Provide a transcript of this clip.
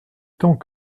temps